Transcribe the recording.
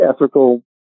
ethical